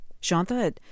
Shanta